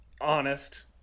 honest